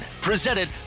presented